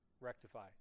rectify